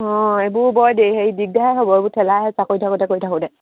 অঁ এইবোৰ বৰ হেৰি দিগদাৰ হ'ব এইবোৰ ঠেলা হেচা কৰি থাকোঁতে কৰি থাকোঁতে